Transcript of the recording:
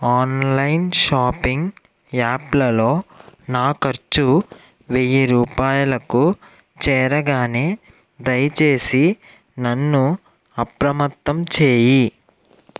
online shopping యాప్లలో నా ఖర్చు వెయ్యి రూపాయలకు చేరగానే దయచేసి నన్ను అప్రమత్తం చెయ్యి